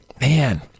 man